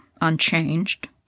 unchanged